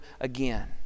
again